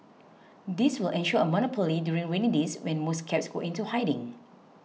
this will ensure a monopoly during rainy days when most cabs go into hiding